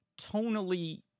tonally